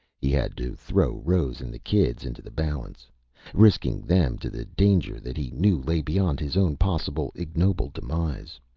he had to throw rose and the kids into the balance risking them to the danger that he knew lay beyond his own possible ignoble demise.